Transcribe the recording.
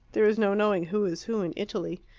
there is no knowing who is who in italy.